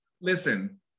Listen